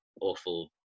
awful